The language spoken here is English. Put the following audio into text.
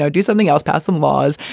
so do something else, pass some laws,